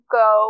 go